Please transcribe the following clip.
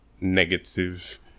negative